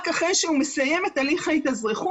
רק אחרי שהוא מסיים את הליך ההתאזרחות,